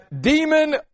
demon